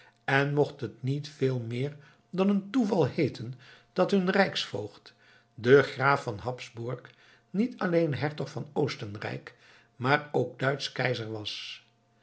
en mocht het niet veel meer dan een toeval heeten dat hun rijksvoogd de graaf van habsburg niet alleen hertog van oostenrijk maar ook duitsch keizer was